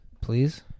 Please